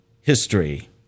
history